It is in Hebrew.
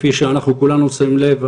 כפי שאנחנו כולנו שמים לב,